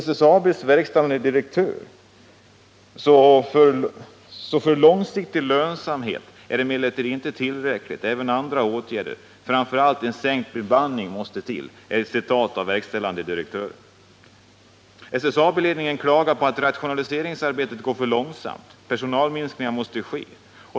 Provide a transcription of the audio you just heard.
SSAB:s verkställande direktör säger: ”För långsiktig lönsamhet är emellertid detta inte tillräckligt — även andra åtgärder — framför allt en sänkt bemanning — måste till.” SSAB-ledningen klagar på att rationaliseringsarbetet går för långsamt. Personalminskningar måste ske.